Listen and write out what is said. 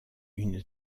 une